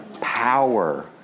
power